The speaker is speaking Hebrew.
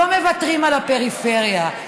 לא מוותרים על הפריפריה,